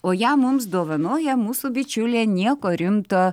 o ją mums dovanoja mūsų bičiulė nieko rimto